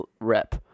rep